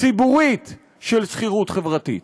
ציבורית של שכירות חברתית,